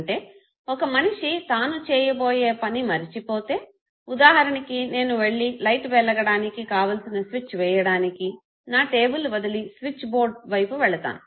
అంటే ఒక మనిషి తాను చేయబోయే పని మరిచి పోతే ఉదాహరణకి నేను వెళ్లి లైట్ వెలగడానికి కావలిసిన స్విచ్ వేయడానికి నా టేబుల్ వదిలి స్విచ్ బోర్డు వైపు వెళతాను